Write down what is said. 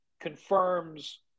confirms